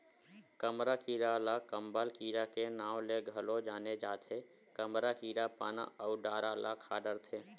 कमरा कीरा ल कंबल कीरा के नांव ले घलो जाने जाथे, कमरा कीरा पाना अउ डारा ल खा डरथे